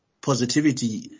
positivity